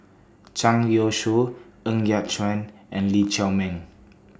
Zhang Youshuo Ng Yat Chuan and Lee Chiaw Meng